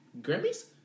Grammys